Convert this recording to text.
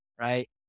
right